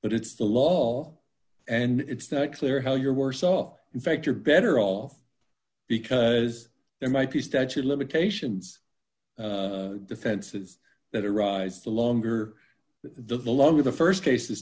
but it's the law and it's not clear how you're worse off in fact you're better off because there might be a statue of limitations defenses that arise the longer the longer the st case is